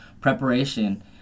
preparation